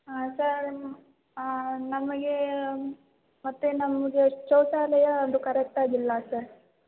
ಹಾಂ ಸರ್ ನಮಗೆ ಮತ್ತೆ ನಮಗೆ ಶೌಚಾಲಯ ಒಂದು ಕರೆಕ್ಟಾಗಿ ಇಲ್ಲ ಸರ್